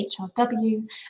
HRW